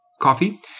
coffee